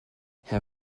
herr